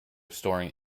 storing